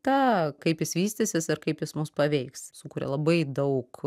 ta kaip jis vystysis ir kaip jis mus paveiks sukuria labai daug